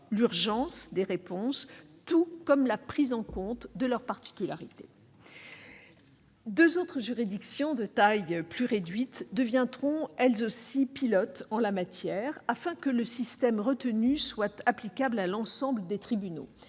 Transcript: l'urgence des réponses et la prise en considération de leur particularité. Deux autres juridictions, de taille plus réduite, deviendront, elles aussi, pilotes en la matière, afin que le système retenu soit applicable à l'ensemble des tribunaux